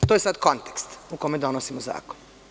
To je sada kontekst u kome donosimo zakon.